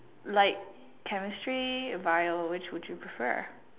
like chemistry Bio which would you prefer